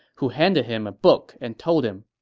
who handed him a book and told him,